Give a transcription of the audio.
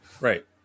Right